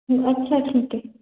अच्छा ठीक आहे